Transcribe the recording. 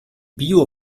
bio